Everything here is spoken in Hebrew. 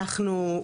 אנחנו,